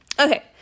Okay